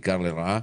בעיקר לרעה